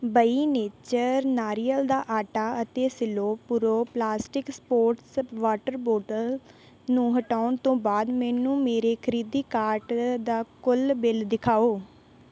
ਬਈ ਨੇਚਰ ਨਾਰੀਅਲ ਦਾ ਆਟਾ ਅਤੇ Cello Puro plastic sports water bottle ਨੂੰ ਹਟਾਉਣ ਤੋਂ ਬਾਅਦ ਮੈਨੂੰ ਮੇਰੇ ਖਰੀਦੀ ਕਾਰਟ ਦਾ ਕੁੱਲ ਬਿੱਲ ਦਿਖਾਓ